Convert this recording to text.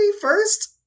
first